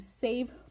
save